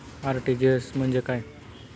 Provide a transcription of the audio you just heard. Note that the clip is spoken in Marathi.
आर.टी.जी.एस म्हणजे काय?